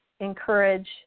encourage